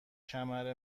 کمر